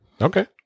Okay